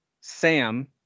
Sam